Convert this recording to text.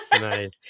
Nice